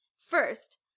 First